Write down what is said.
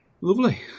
Lovely